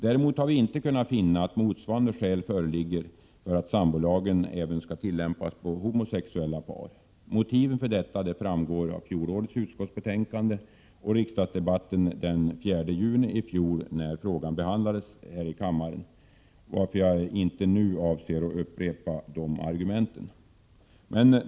Däremot har vi inte kunnat finna att motsvarande skäl föreligger för att sambolagen även skall tillämpas på homosexuella par. Motiven för detta framgår av fjolårets utskottsbetänkande och riksdagsdebatten den 4 juni i fjol, när frågan behandlades här i kammaren, varför jag nu inte avser att upprepa argumenten.